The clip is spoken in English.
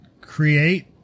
create